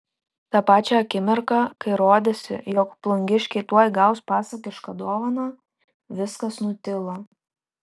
tą pačią akimirką kai rodėsi jog plungiškiai tuoj gaus pasakišką dovaną viskas nutilo